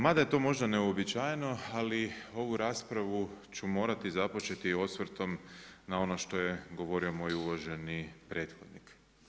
Mada je to možda neuobičajeno ali ovu raspravu ću morati započeti osvrtom na ono što je govorio moj uvaženi prethodnik.